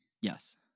Yes